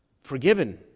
forgiven